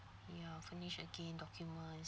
ya furnish again documents